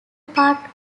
part